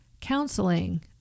counseling